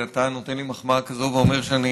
שאתה נותן לי מחמאה כזו ואומר שאני